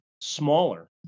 smaller